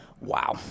Wow